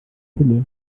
hülle